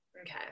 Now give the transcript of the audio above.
Okay